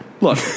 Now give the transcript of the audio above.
Look